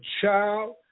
child